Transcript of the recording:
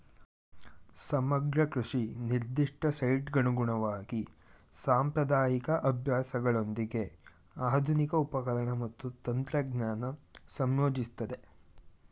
ಸಮಗ್ರ ಕೃಷಿ ನಿರ್ದಿಷ್ಟ ಸೈಟ್ಗನುಗುಣವಾಗಿ ಸಾಂಪ್ರದಾಯಿಕ ಅಭ್ಯಾಸಗಳೊಂದಿಗೆ ಆಧುನಿಕ ಉಪಕರಣ ಮತ್ತು ತಂತ್ರಜ್ಞಾನ ಸಂಯೋಜಿಸ್ತದೆ